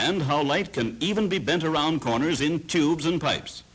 and how life can even be bent around corners in tubes and pipes